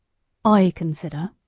i consider,